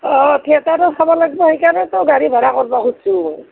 অঁ অঁ থিয়েটাৰো চাব লাগিব সেইকাৰণেতো গাড়ী ভাড়া কৰিব খুজিছোঁ